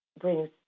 brings